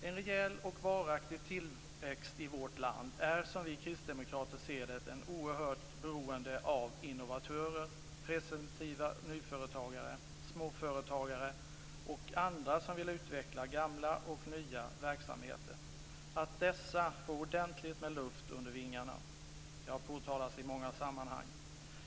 En rejäl och varaktig tillväxt i vårt land är, som vi kristdemokrater ser det, oerhört beroende av att innovatörer, presumtiva nyföretagare, småföretagare och andra som vill utveckla gamla och nya verksamheter får ordentligt med luft under vingarna. Detta har påtalats i många sammanhang.